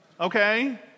okay